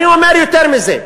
אני אומר יותר מזה.